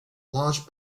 large